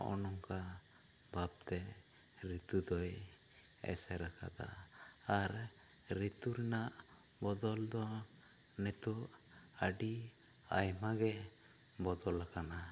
ᱦᱚᱜᱼᱚᱭ ᱱᱚᱝᱠᱟ ᱵᱷᱟᱵ ᱛᱮ ᱨᱤᱛᱩ ᱫᱚᱭ ᱮᱥᱮᱨ ᱟᱠᱟᱫᱟ ᱟᱨ ᱨᱤᱛᱩ ᱨᱮᱱᱟᱜ ᱵᱚᱫᱚᱞ ᱫᱚ ᱱᱤᱛᱚᱜ ᱟᱹᱰᱤ ᱟᱭᱢᱟ ᱜᱮ ᱵᱚᱫᱚᱞ ᱟᱠᱟᱱᱟ